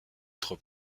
trop